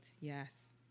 yes